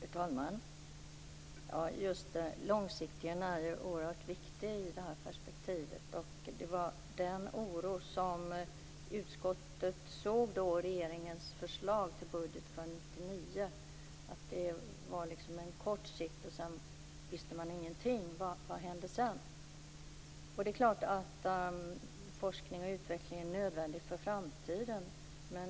Fru talman! Just långsiktighet är viktigt i det här perspektivet. Det var det utskottet oroade sig för då regeringens förslag för budget 1999 lades fram. Det var fråga om kort sikt. Vad händer sedan? Forskning och utveckling är nödvändigt för framtiden.